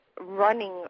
running